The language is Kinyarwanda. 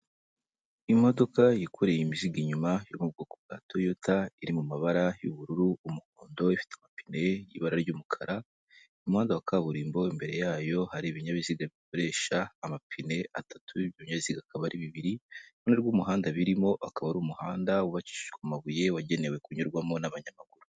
Imodoka yikoreye imizigo inyuma yo mu bwoko bwa Toyota, iri mu mabara y'ubururu, umuhondo, ifite amapine y'ibara ry'umukara. Mu muhanda wa kaburimbo imbere yayo hari ibinyabiziga bikoresha amapine atatu, ibyo binyabiziga akaba ari bibiri. Uruhande rw'umuhanda birimo, akaba ari umuhanda wubakishijwe wagenewe kunyurwamo n'abanyamaguru.